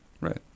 right